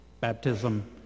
Baptism